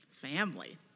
Family